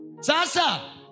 Sasa